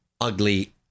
ugly